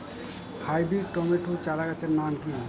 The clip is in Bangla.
হাইব্রিড টমেটো চারাগাছের নাম কি?